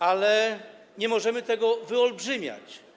Ale nie możemy tego wyolbrzymiać.